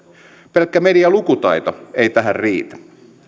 pelkkä medialukutaito ei tähän riitä